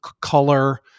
color